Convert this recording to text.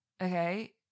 okay